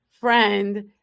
friend